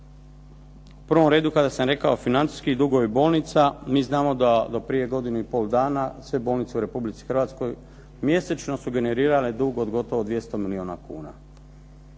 U prvom redu kada sam rekao financijski dugovi bolnica, mi znamo da do prije godinu i pol dana sve bolnice u Republici Hrvatskoj mjesečno su generirale dug od gotovo 200 milijuna kuna.